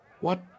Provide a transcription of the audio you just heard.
What